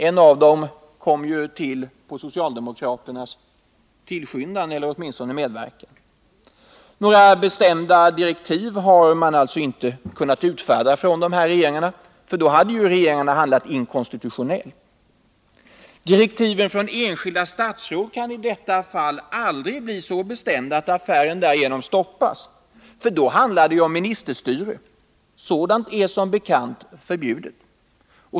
En av dessa tillkom också genom socialdemokraternas medverkan. Några bestämda direktiv har dessa regeringar inte kunnat utfärda, för då skulle regeringarna ha handlat inkonstitutionellt. Direktiven från enskilda statsråd kan i detta fall aldrig bli så bestämda att affären därigenom stoppas, för då handlar det om ministerstyre. Sådant är som bekant förbjudet.